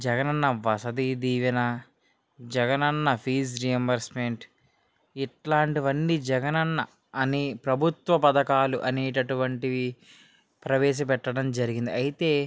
జగన్ అన్న వసతి దీవెన జగన్ అన్న ఫీజు రీయింబర్సుమెంట్ ఇలాంటివి అన్నీ జగన్ అన్న అనే ప్రభుత్వ పథకాలు అనే అటువంటివి ప్రవేశ పెట్టడం జరిగింది అయితే